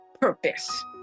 purpose